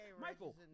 Michael